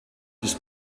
this